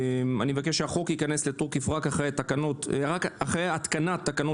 אני מבקש שהחוק ייכנס לתוקף רק אחרי התקנת תקנות